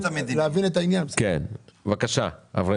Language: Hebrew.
אברמי, בבקשה.